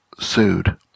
sued